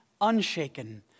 unshaken